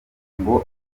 ngo